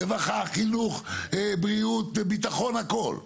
רווחה, חינוך, בריאות, ביטחון הכל.